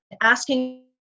asking